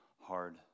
hard